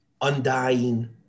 undying